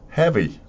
heavy